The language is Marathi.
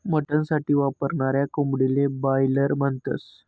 मटन साठी वापरनाऱ्या कोंबडीले बायलर म्हणतस